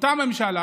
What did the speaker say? אותה ממשלה